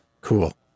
cool